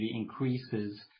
increases